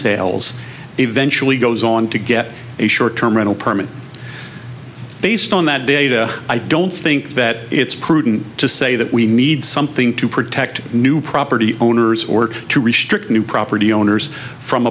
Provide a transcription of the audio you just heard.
sales eventually goes on to get a short term rental permit based on that data i don't think that it's prudent to say that we need something to protect new property owners or to restrict new property owners from